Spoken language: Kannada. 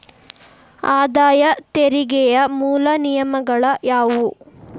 ಆದಾಯ ತೆರಿಗೆಯ ಮೂಲ ನಿಯಮಗಳ ಯಾವು